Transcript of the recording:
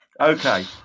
Okay